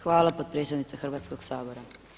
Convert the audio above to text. Hvala potpredsjednice Hrvatskog sabora.